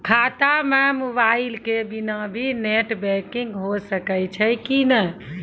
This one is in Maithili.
खाता म मोबाइल के बिना भी नेट बैंकिग होय सकैय छै कि नै?